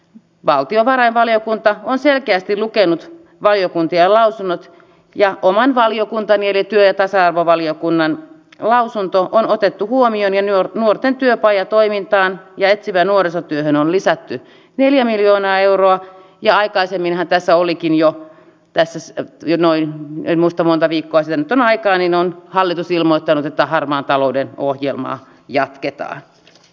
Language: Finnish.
valtiovarainvaliokunta on selkeästi lukenut valiokuntien lausunnot ja oman valiokuntani eli työ tasa arvovaliokunnan lausunto on otettu huomioon nuorten työpajatoimintaan ja etsivään nuorisotyöhön on lisätty neljä miljoonaa euroa ja aikaisemminhan tässä olikin jo pesis vie noin en muista monta viikkoa ja nyt on aikaa niin on hallitus ilmoittanut että harmaan talouden ohjelmaa jatketaa